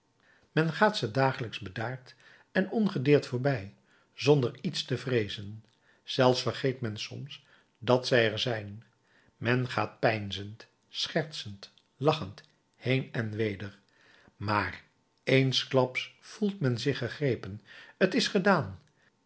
men gaat ze dagelijks bedaard en ongedeerd voorbij zonder iets te vreezen zelfs vergeet men soms dat zij er zijn men gaat peinzend schertsend lachend heen en weder maar eensklaps voelt men zich gegrepen t is gedaan